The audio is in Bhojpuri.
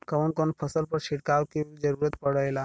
कवन कवन फसल पर छिड़काव के जरूरत पड़ेला?